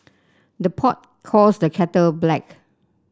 the pot calls the kettle black